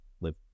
live